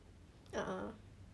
a'ah